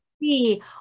see